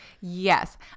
Yes